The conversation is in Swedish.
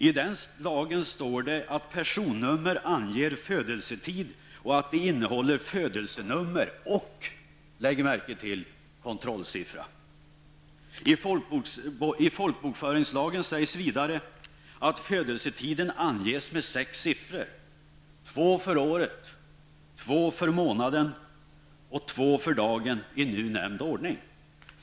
I den lagen står det att personnummer anger födelsetid och innehåller födelsenummer och, lägg märke till, kontrollsiffra. I folkbokföringslagen sägs vidare att födelsetiden anges med sex siffror, två för året, två för månaden och två för dagen, i nu nämnd ordning.